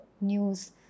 news